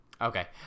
Okay